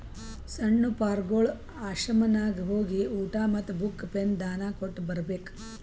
ಸಣ್ಣು ಪಾರ್ಗೊಳ್ ಆಶ್ರಮನಾಗ್ ಹೋಗಿ ಊಟಾ ಮತ್ತ ಬುಕ್, ಪೆನ್ ದಾನಾ ಕೊಟ್ಟ್ ಬರ್ಬೇಕ್